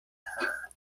her